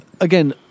again